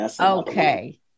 Okay